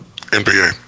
NBA